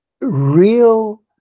real